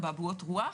אבעבועות רוח,